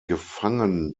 gefangennahme